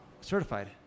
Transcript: certified